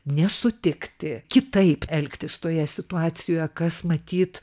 nesutikti kitaip elgtis toje situacijoje kas matyt